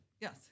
Yes